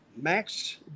Max